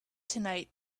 tonight